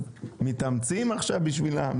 מתאמצים עכשיו בשבילם,